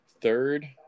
Third